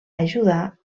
ajudar